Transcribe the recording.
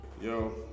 Yo